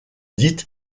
dite